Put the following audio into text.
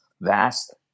vast